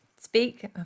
speak